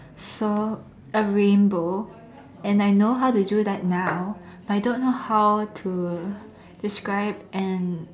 so a rainbow and I know how to do that now but I don't know how to describe an